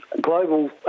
global